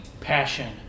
passion